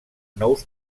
nous